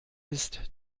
ist